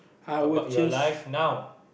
about your life now